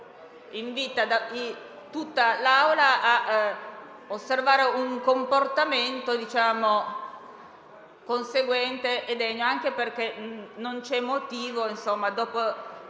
dunque tutta l'Assemblea ad osservare un comportamento conseguente e degno, anche perché non c'è motivo